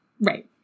Right